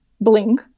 bling